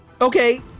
Okay